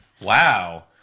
Wow